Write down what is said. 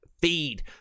feed